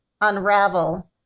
unravel